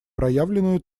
проявленную